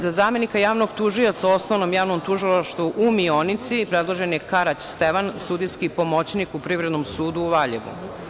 Za zamenika javnog tužioca u Osnovnom javnom tužilaštvu u Mionici predložen je Karać Stevan, sudijski pomoćnik u Privrednom sudu u Valjevu.